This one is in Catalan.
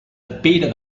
pere